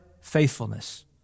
faithfulness